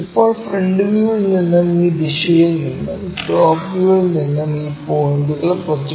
ഇപ്പോൾ ഫ്രണ്ട് വ്യൂവിൽ നിന്നും ഈ ദിശയിൽ നിന്നും ടോപ് വ്യൂവിൽ നിന്നും ഈ പോയിന്റുകൾ പ്രൊജക്റ്റ് ചെയ്യുക